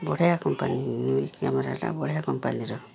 ବଢ଼ିଆ କମ୍ପାନୀ କ୍ୟାମେରାଟା ବଢ଼ିଆ କମ୍ପାନୀର